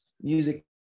music